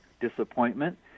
disappointment